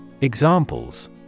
Examples